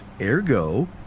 Ergo